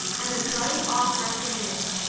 and of bright autumn afternoons,